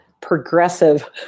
progressive